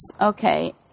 Okay